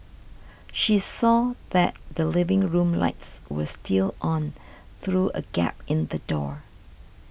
she saw that the living room lights were still on through a gap in the door